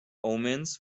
omens